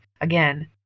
again